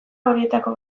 horietako